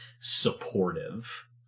supportive